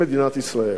היא מדינת ישראל: